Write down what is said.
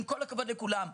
עם כל הכבוד לכולם.